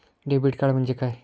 Debit card म्हणजे काय?